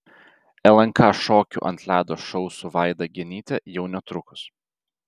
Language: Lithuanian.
lnk šokių ant ledo šou su vaida genyte jau netrukus